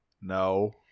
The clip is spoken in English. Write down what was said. No